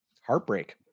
heartbreak